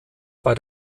bei